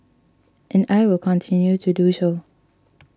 and I will continue to do so